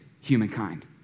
humankind